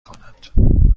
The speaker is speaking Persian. کند